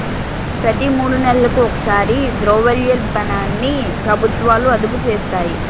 ప్రతి మూడు నెలలకు ఒకసారి ద్రవ్యోల్బణాన్ని ప్రభుత్వాలు అదుపు చేస్తాయి